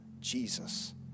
Jesus